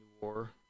war